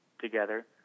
together